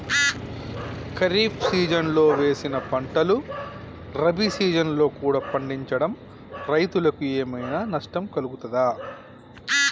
ఖరీఫ్ సీజన్లో వేసిన పంటలు రబీ సీజన్లో కూడా పండించడం రైతులకు ఏమైనా నష్టం కలుగుతదా?